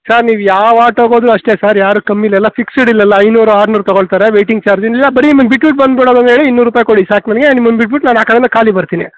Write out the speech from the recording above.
sir ನೀವು ಯಾವ ಆಟೋಗೋದ್ರು ಅಷ್ಟೇ ಸರ್ ಯಾರೂ ಕಮ್ಮಿ ಇಲ್ಲ ಎಲ್ಲ ಫಿಕ್ಸ್ಡ್ ಇಲ್ಲೆಲ್ಲ ಐನೂರು ಆರುನೂರು ತೊಗೊಳ್ತಾರೆ ವೇಟಿಂಗ್ ಚಾರ್ಜ್ ಇನ್ನು ಬರೀ ನಿಮ್ಮನ್ನು ಬಿಟ್ಟುಬಿಟ್ಟು ಬಂದು ಬಿಡೋದಾದ್ರೆ ಹೇಳಿ ಇನ್ನೂರು ರೂಪಾಯಿ ಕೊಡಿ ಸರ್ ಸಾಕು ನಿಮ್ಮನ್ನು ಬಿಟ್ಟುಬಿಟ್ಟು ನಾನು ಆ ಕಡೆಯಿಂದ ಖಾಲಿ ಬರ್ತೀನಿ